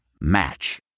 Match